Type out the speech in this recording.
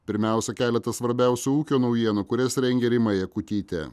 pirmiausia keletas svarbiausių ūkio naujienų kurias rengia rima jakutytė